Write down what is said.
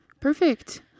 Perfect